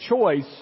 choice